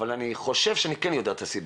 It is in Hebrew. אני חושב שאני כן יודע את הסיבה,